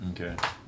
Okay